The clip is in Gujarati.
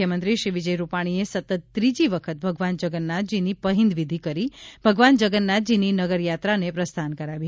મુખ્યમંત્રીશ્રી વિજય રુપાણીએ સતત ત્રીજી વખત ભગવાન જગન્નાથજીની પહિન્દ વિધી કરી ભગવાન જગન્નાથજીની નગરયાત્રાને પ્રસ્થાન કરાવ્યું